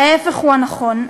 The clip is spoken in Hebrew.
ההפך הוא הנכון,